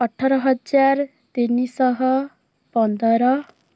ଅଠର ହଜାର ତିନିଶହ ପନ୍ଦର